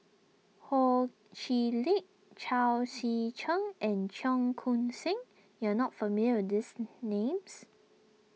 Ho Chee Lick Chao Tzee Cheng and Cheong Koon Seng you are not familiar with these names